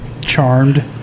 Charmed